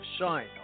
Shine